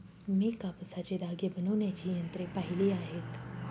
मी कापसाचे धागे बनवण्याची यंत्रे पाहिली आहेत